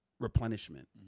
replenishment